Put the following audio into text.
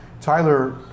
Tyler